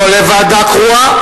לא לוועדה קרואה,